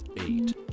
eight